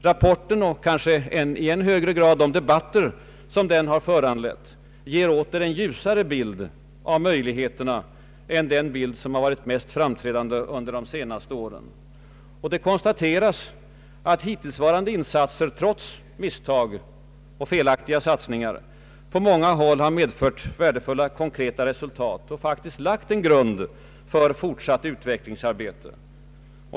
Rapporten, och kanske i ännu högre grad de debatter som den har föranlett, ger en ljusare bild av möjligheterna än den som varit mest framträdande under de senaste åren. Det konstateras att hittillsvarande insatser, trots misstag och felaktiga satsningar, på många håll har medfört värdefulla konkreta resultat och faktiskt lagt en grund för fortsatt utvecklingsarbete.